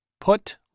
Put